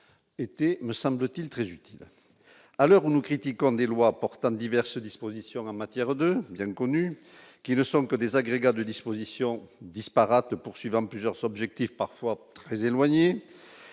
été me semble-t-il, très utile à l'heure où nous critiquons des loi portant diverses dispositions en matière de bien connus qui ne sont que des agrégats de dispositions disparates poursuivant plusieurs objectifs parfois très éloignées,